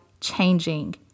changing